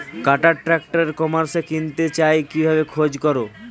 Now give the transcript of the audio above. কাটার tractor e কমার্সে কিনতে চাই কিভাবে খোঁজ করো?